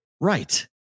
Right